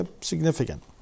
significant